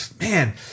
man